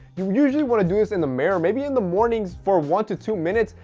you usually want to do this in the mirror maybe in the mornings for one to two minutes,